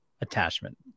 attachment